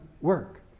work